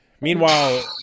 Meanwhile